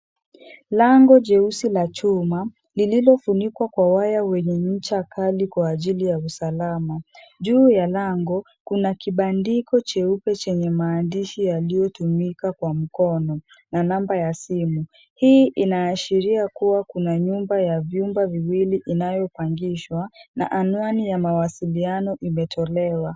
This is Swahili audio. Lango jeusi la chuma lililo funikwa kwa waya wenye ncha kali kwa ajili ya usalama. Juu ya lango kuna kibandiko cheupe chenye maandishi yaliyo tumika kwa mkono na namba ya simu, hii ina ashria kuwa kuna nyumba ya vyumba viwili inayo pangishwa na anuani ya mawasiliano imetolewa.